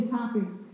topics